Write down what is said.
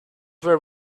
were